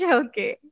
okay